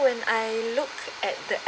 when I looked at the app